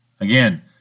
Again